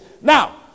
Now